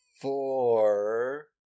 Four